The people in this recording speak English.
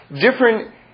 different